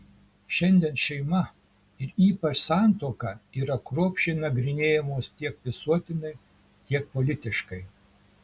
šiandien šeima ir ypač santuoka yra kruopščiai nagrinėjamos tiek visuotinai tiek politiškai